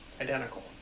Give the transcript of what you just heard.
identical